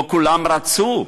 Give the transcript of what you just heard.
לא כולם רצו.